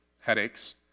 headaches